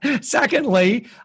Secondly